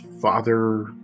father